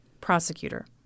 Prosecutor